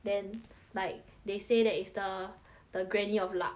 then like they say that it's the the granny of luck